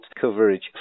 coverage